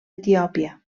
etiòpia